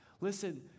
Listen